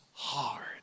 Hard